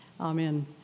Amen